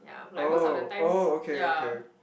oh oh okay okay